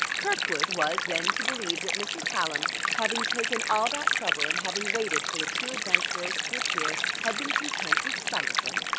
kirkwood was, then, to believe that mrs. hallam, having taken all that trouble and having waited for the two adventurers to appear, had been content with sight of them?